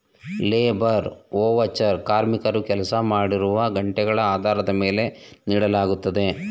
labour voucher ಕಾರ್ಮಿಕರು ಕೆಲಸ ಮಾಡಿರುವ ಗಂಟೆಗಳ ಆಧಾರದ ಮೇಲೆ ನೀಡಲಾಗುತ್ತದೆ